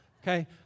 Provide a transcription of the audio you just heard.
Okay